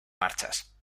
marchas